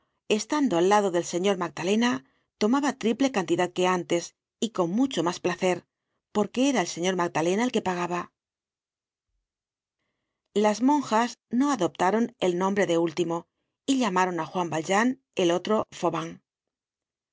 estando al lado del señor magdalena tomaba triple cantidad que antes y con mucho mas placer porque era el señor magdalena el que pagaba las monjas no adoptaron el nombre de ultimo y llamaron á juan valjean el otro